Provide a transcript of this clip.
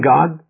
God